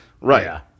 Right